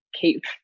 keep